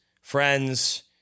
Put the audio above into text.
friends